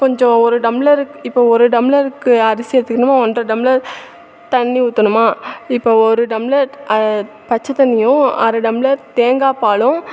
கொஞ்சம் ஒரு டம்ளருக்கு இப்ப ஒரு டம்ளருக்கு அரிசி எடுத்துக்கணுமா ஒன்றரை டம்ளர் தண்ணி ஊற்றணுமா இப்போ ஒரு டம்ளர் பச்சை தண்ணியும் அரை டம்ளர் தேங்காய்ப்பாலும்